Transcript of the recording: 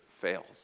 fails